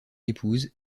épouse